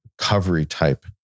recovery-type